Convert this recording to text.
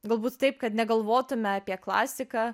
galbūt taip kad negalvotume apie klasiką